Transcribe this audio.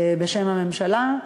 בשם הממשלה,